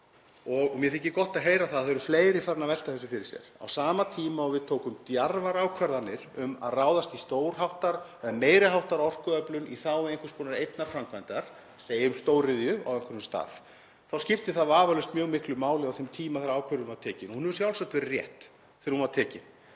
Mér þykir gott að heyra að það eru fleiri farin að velta þessu fyrir sér. Á sama tíma og við tókum djarfar ákvarðanir um að ráðast í meiri háttar orkuöflun í þágu einhvers konar einnar framkvæmdar, segjum stóriðju á einhverjum stað, þá skipti það vafalaust mjög miklu máli á þeim tíma þegar ákvörðun var tekin og hún hefur sjálfsagt verið rétt þegar hún var tekin.